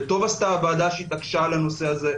וטוב עשתה הוועדה שהתעקשה על הנושא הזה,